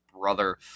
Brother